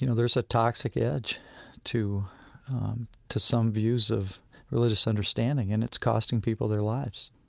you know there's a toxic edge to to some views of religious understanding, and it's costing people their lives